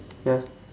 ya